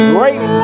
Great